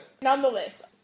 Nonetheless